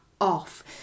off